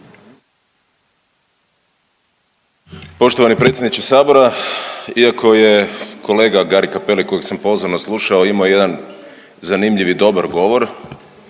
Poštovani predsjedniče Sabora. Iako je kolega Gari Cappelli kojeg sam pozorno slušao imao jedan zanimljiv i dobar govor,